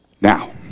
Now